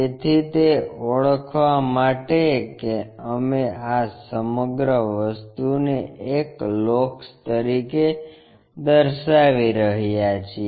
તેથી તે ઓળખવા માટે કે અમે આ સમગ્ર વસ્તુને એક લોકસ તરીકે દર્શાવી રહ્યા છીએ